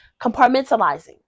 compartmentalizing